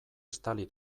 estali